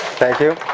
thank you